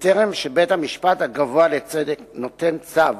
בטרם נותן בית-המשפט הגבוה לצדק צו